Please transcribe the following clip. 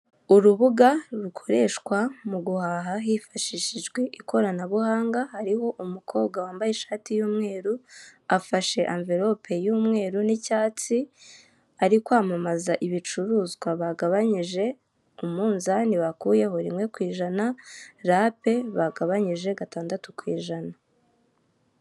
Urubuga rukoreshwa mu guhaha hifashishijwe ikoranabuhanga hariho umukobwa wambaye ishati y'umweru afashe amvirope y'umweru n'icyatsi arikwamamaza ibicuruzwa bagabanyije umunzani bakuyeho rimwe ku ijana, rape bagabanyije gatandatu ku ijana.